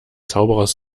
zauberers